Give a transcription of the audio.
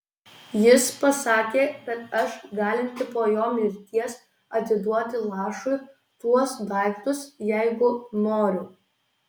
jis pasakė kad aš galinti po jo mirties atiduoti lašui tuos daiktus jeigu noriu